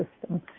system